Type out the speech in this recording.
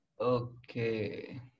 Okay